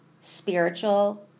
spiritual